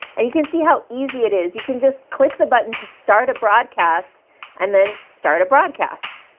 and you can see how easy it is. you can just click the button to start a broadcast and then start a broadcast.